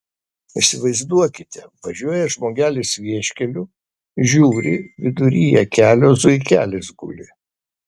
įsivaizduokite važiuoja žmogelis vieškeliu žiūri viduryje kelio zuikelis guli